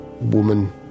woman